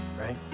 right